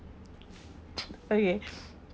okay